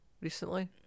recently